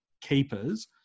keepers